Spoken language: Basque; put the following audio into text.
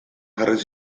jarri